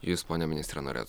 jūs pone ministre norėjot